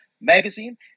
Magazine